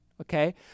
Okay